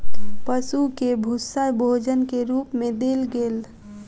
पशु के भूस्सा भोजन के रूप मे देल गेल